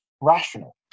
rational